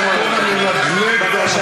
אני שומע את הטון המלגלג והמתריס,